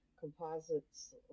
composites